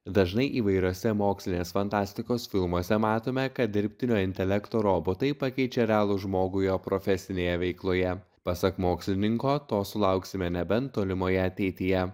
dažnai įvairiuose mokslinės fantastikos filmuose matome kad dirbtinio intelekto robotai pakeičia realų žmogų jo profesinėje veikloje pasak mokslininko to sulauksime nebent tolimoje ateityje